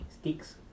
Sticks